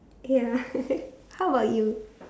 ya how about you